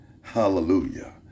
hallelujah